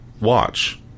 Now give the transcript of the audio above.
watch